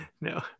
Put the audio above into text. No